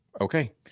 okay